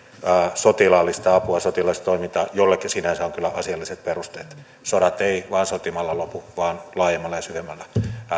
sotilaallista apua sotilaallista toimintaa jolle myös sinänsä on kyllä asialliset perusteet sodat eivät vain sotimalla lopu vaan laajemmalla ja syvemmällä